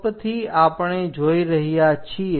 ટોપથી આપણે જોઈ રહ્યા છીએ